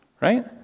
right